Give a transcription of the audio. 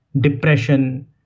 depression